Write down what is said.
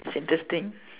interesting